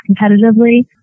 competitively